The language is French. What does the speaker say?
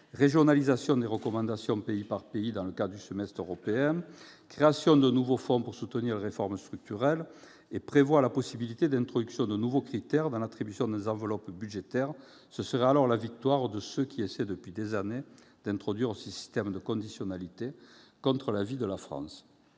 régionalisation des recommandations pays par pays dans le cadre du semestre européen, création d'un nouveau fonds pour soutenir les réformes structurelles. Elle prévoit également la possibilité d'une introduction de nouveaux critères dans l'attribution des enveloppes budgétaires. Ce serait alors la victoire de ceux qui essaient, depuis des années, d'introduire ce système de conditionnalités, contre l'avis de la France.